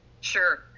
Sure